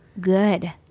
good